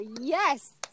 Yes